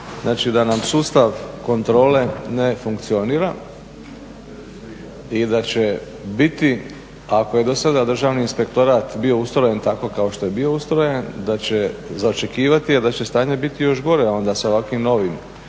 Znači da nam sustav kontrole ne funkcionira i da će biti ako je do sada Državni inspektorat bio ustrojen tako kao što je bio ustrojen, da će, za očekivati je da će stanje biti još gore onda sa ovakvim novim